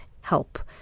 help